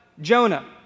Jonah